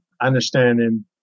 understanding